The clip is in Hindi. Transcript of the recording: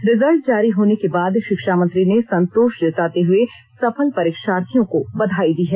रिजल्ट जारी होने के बाद शिक्षा मंत्री ने संतोष जताते हुए सफल परीक्षार्थियों को बधाई दी है